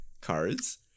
cards